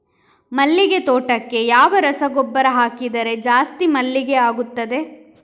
ಮಲ್ಲಿಗೆ ತೋಟಕ್ಕೆ ಯಾವ ರಸಗೊಬ್ಬರ ಹಾಕಿದರೆ ಜಾಸ್ತಿ ಮಲ್ಲಿಗೆ ಆಗುತ್ತದೆ?